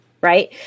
Right